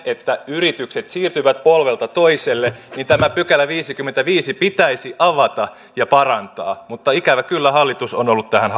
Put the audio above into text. että yritykset siirtyvät polvelta toiselle niin tämä viideskymmenesviides pykälä pitäisi avata ja parantaa mutta ikävä kyllä hallitus on ollut tähän